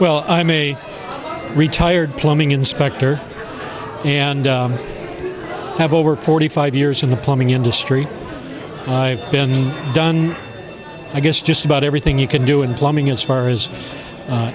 well i'm a retired plumbing inspector and have over forty five years in the plumbing industry i've been done i guess just about everything you can do in plumbing as far as